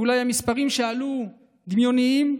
ואולי המספרים שעלו דמיוניים,